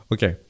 Okay